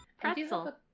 Pretzel